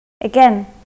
again